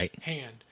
hand